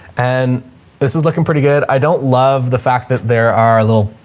and this is looking pretty good. i don't love the fact that there are a little,